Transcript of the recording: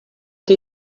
qué